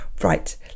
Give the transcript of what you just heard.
Right